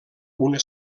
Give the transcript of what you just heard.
una